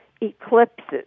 eclipses